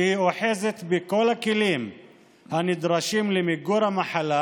שהיא אוחזת בכל הכלים הנדרשים למיגור המחלה,